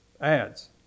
ads